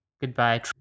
Goodbye